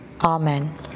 Amen